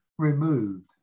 Removed